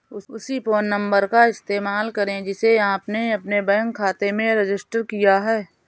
उसी phone number का इस्तेमाल करें जिसे आपने अपने बैंक खाते में रजिस्टर किया है